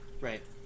Right